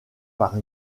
par